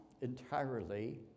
entirely